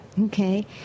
Okay